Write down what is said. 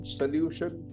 solution